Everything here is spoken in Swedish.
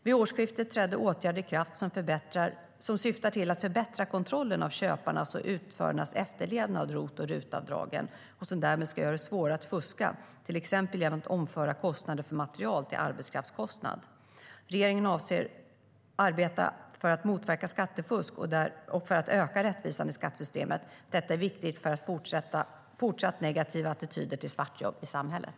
Vid årsskiftet trädde åtgärder i kraft som syftar till att förbättra kontrollen av köparnas och utförarnas efterlevnad av ROT och RUT-avdragen och som därmed ska göra det svårare att fuska, till exempel genom att omföra kostnader för material till arbetskraftskostnad. Regeringen avser att arbeta för att motverka skattefusk och för att öka rättvisan i skattesystemet. Detta är viktigt för fortsatt negativa attityder till svartjobb i samhället.